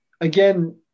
Again